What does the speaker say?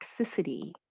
toxicity